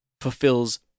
fulfills